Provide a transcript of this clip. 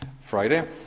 friday